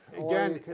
again,